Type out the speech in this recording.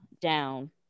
down